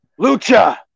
Lucha